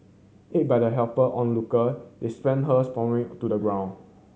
aid by the helper onlooker they spent her sprawling to the ground